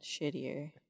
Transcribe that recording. shittier